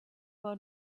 will